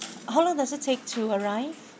how long does it take to arrive